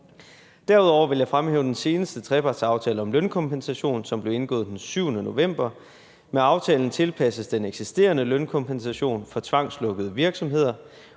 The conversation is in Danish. Derudover vil jeg fremhæve den seneste trepartsaftale om lønkompensation, som blev indgået den 7. november. Med aftalen tilpasses den eksisterende lønkompensation for tvangslukkede virksomheder,